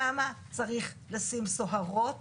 למה צריך לשים סוהרות